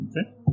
Okay